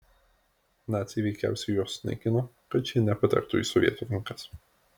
naciai veikiausiai juos sunaikino kad šie nepatektų į sovietų rankas